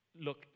look